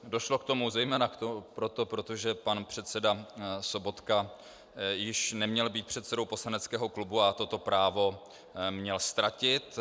Došlo k tomu zejména proto, protože pan předseda Sobotka již neměl být předsedou poslaneckého klubu a toto právo měl ztratit.